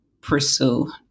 pursue